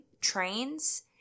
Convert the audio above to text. trains